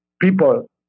people